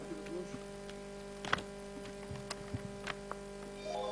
הישיבה ננעלה בשעה 12:11.